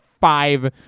five